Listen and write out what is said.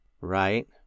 Right